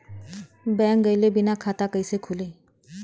Bank गइले बिना खाता कईसे खुली?